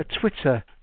Twitter